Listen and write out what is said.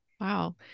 Wow